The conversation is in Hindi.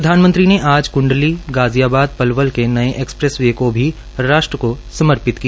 प्रधानमंत्री ने आज कुंडली गाजियाबाद पलवल के नये एक्सप्रेस वेअ को भी राष्ट्र को समर्पित किया